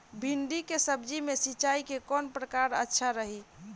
भिंडी के सब्जी मे सिचाई के कौन प्रकार अच्छा रही?